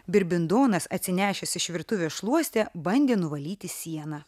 birbindonas atsinešęs iš virtuvės šluostę bandė nuvalyti sieną